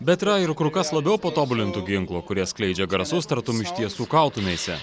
bet yra ir kur kas labiau patobulintų ginklų kurie skleidžia garsus tartum iš tiesų kautumeisi